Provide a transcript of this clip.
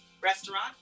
restaurant